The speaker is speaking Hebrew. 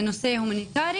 זה נושא הומניטרי,